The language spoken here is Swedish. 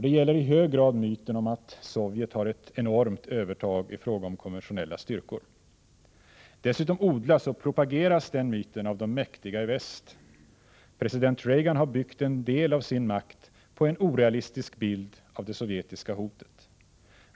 Det gäller i hög grad myten om att Sovjet har ett enormt övertag i fråga om konventionella styrkor. Dessutom odlas den myten av de mäktiga i väst, och de gör propaganda för den. President Reagan har byggt en del av sin makt på en orealistisk bild av det sovjetiska hotet.